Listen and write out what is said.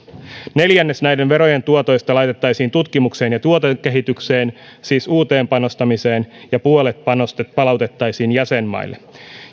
neljännes näiden verojen tuotoista laitettaisiin tutkimukseen ja tuotekehitykseen siis uuteen panostamiseen ja puolet palautettaisiin jäsenmaille